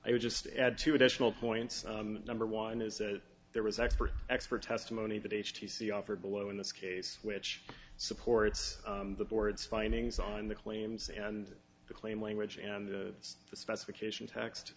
i would just add two additional points number one is that there was expert expert testimony that h t c offered below in this case which supports the board's findings on the claims and the claim language and the specification